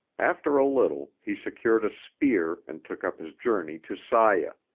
after a little he secured a spear and took up his journey to saya,